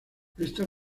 esta